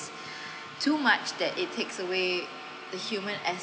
too much that it takes away the human